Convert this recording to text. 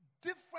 different